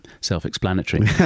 self-explanatory